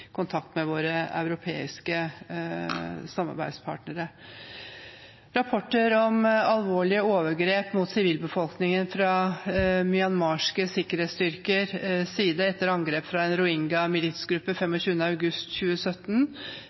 kontakt med våre europeiske samarbeidspartnere. Rapportene om alvorlige overgrep mot sivilbefolkningen fra myanmarske sikkerhetsstyrkers side etter angrep fra en rohingya-militsgruppe 25. august 2017,